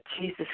Jesus